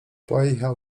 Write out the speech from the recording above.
pojechał